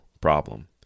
problem